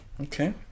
Okay